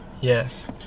Yes